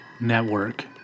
Network